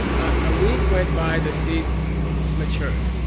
a week went by, the seed matured.